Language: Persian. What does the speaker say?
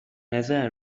نظر